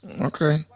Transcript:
okay